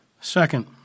Second